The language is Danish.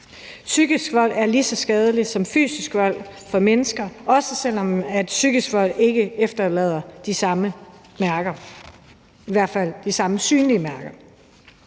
Psykisk vold er lige så skadelig som fysisk vold for mennesker, også selv om psykisk vold ikke efterlader de samme mærker, i hvert fald ikke de samme synlige mærker.